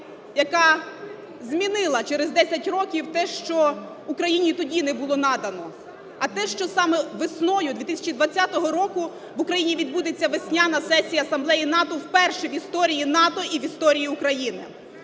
яка змінила через 10 років те, що Україні і тоді не було надано. А те, що саме весною 2020 року в Україні відбудеться весняна сесія Асамблеї НАТО вперше в історії НАТО і в історії України.